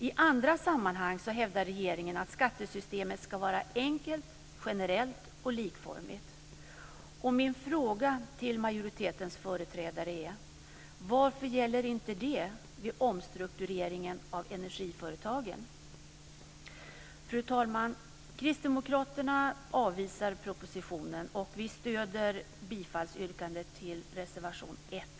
I andra sammanhang hävdar regeringen att skattesystemet ska vara enkelt, generellt och likformigt. Min fråga till majoritetens företrädare är: Varför gäller inte det vid omstruktureringen av energiföretagen? Fru talman! Kristdemokraterna avvisar propositionen, och vi stöder bifallsyrkandet till reservation 1.